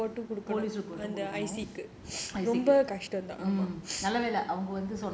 hundred dollar at least குடுக்கணும்:kudukkanum